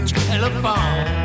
telephone